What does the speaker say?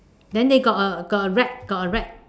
then they got a got a rat got a rat